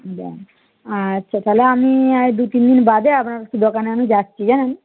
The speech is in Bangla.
আচ্ছা তাহলে আমি দু তিনদিন বাদে আপনার দোকানে আমি যাচ্ছি জানেন